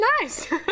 nice